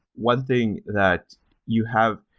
one thing that you have,